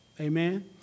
amen